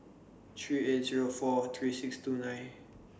three eight Zero four three six two nine